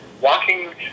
walking